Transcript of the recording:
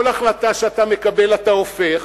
כל החלטה שאתה מקבל אתה הופך,